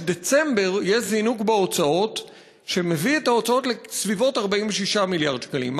דצמבר יש זינוק בהוצאות שמביא את ההוצאות לסביבות 46 מיליארד שקלים.